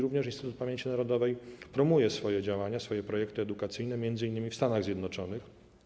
Również Instytut Pamięci Narodowej promuje swoje działania, swoje projekty edukacyjne m.in. w Stanach Zjednoczonych.